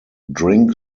drink